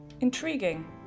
Intriguing